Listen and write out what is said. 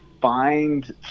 find